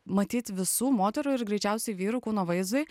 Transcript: matyt visų moterų ir greičiausiai vyrų kūno vaizdui